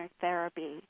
therapy